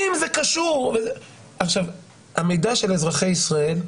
המידע של אזרחי ישראל,